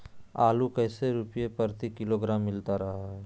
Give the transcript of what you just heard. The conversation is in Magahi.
आलू कैसे रुपए प्रति किलोग्राम मिलता रहा है?